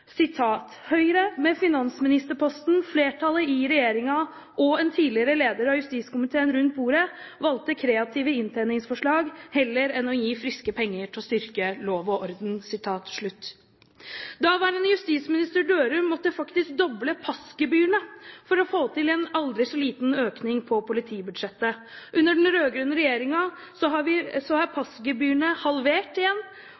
med finansministerposten, flertallet i regjeringen og en tidligere leder av justiskomiteen rundt bordet valgte kreative inntjeningsforslag heller enn å gi friske penger til å styrke lov og orden.» Daværende justisminister Dørum måtte faktisk doble passgebyrene for å få til en aldri så liten økning på politibudsjettet. Under den rød-grønne regjeringen er passgebyrene halvert igjen, og politiet har